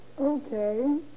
Okay